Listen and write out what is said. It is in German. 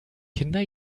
kinder